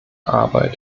arbeit